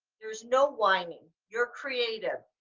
there's no whining, you're creative,